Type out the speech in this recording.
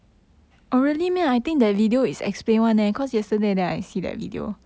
对 lor